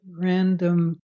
random